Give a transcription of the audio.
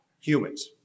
humans